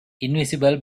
invisible